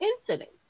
incidents